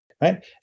right